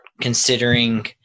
considering